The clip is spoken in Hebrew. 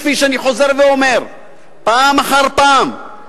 כפי שאני חוזר ואומר פעם אחר פעם,